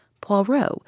Poirot